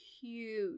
huge